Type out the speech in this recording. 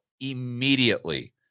immediately